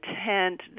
intent